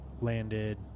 landed